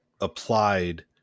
applied